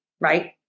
right